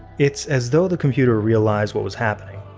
it's as though the computer realized what was happening.